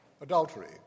adultery